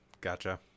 gotcha